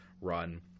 run